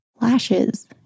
lashes